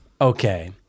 Okay